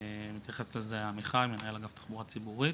התייחס לזה עמיחי, מנהל אגף תחבורה ציבורית.